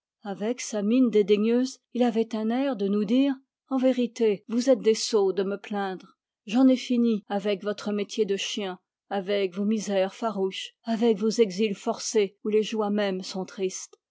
avec sa mine dédaigneuse il avait un air de nous dire en vérité vous êtes des sots de me plaindre j'en ai fini avec votre métier de chien avec vos misères farouches avec vos exils forcés où les joies mêmes sont tristes